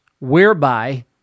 whereby